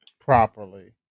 properly